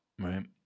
Right